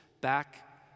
back